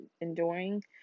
enduring